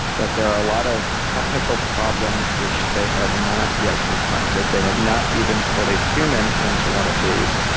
that there are a lot of technical problems which they have not yet confronted. they have not even put a human into one of these.